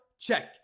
Check